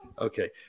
Okay